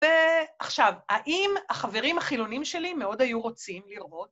ועכשיו, האם החברים החילונים שלי מאוד היו רוצים לראות?